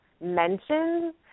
mentioned